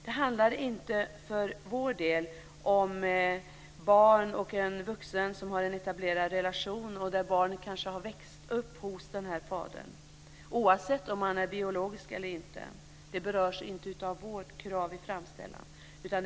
De fall där ett barn och en vuxen haft en etablerad relation - barnet kanske har vuxit upp hos fadern - berörs inte av vårt krav om talerätt, oavsett om det är en biologisk far eller inte.